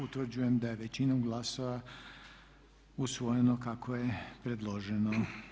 Utvrđujem da je većinom glasova usvojeno kako je predloženo.